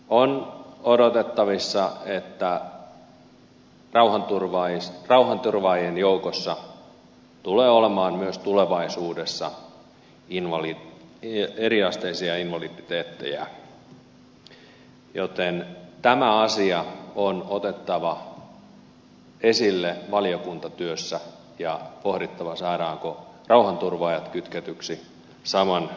on odotettavissa että rauhanturvaajien joukossa tulee olemaan myös tulevaisuudessa eriasteisia invaliditeetteja joten tämä asia on otettava esille valiokuntatyössä ja pohdittava saadaanko rauhanturvaajat kytketyiksi saman lain piiriin